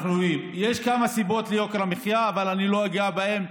יש כמה סיבות ליוקר המחיה, אבל אני לא אגע בהן.